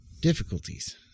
Difficulties